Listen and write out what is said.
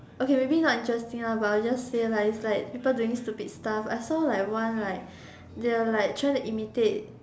okay maybe not interesting lah but I'll just say like it's like people doing stupid stuff I saw like one like they are like trying to imitate